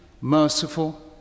merciful